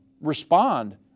respond